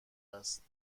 است